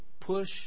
push